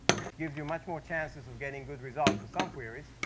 which gives you much more chances of getting good results with some queries,